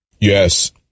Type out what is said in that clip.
Yes